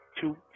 two